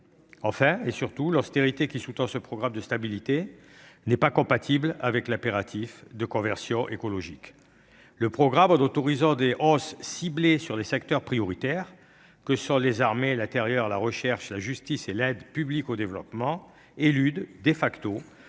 précaires. Surtout, l'austérité qui sous-tend ce programme de stabilité n'est pas compatible avec l'impératif de conversion écologique. En autorisant des hausses ciblées sur les secteurs prioritaires que sont les armées, l'intérieur, la recherche, la justice et l'aide publique au développement, ce document